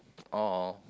oh oh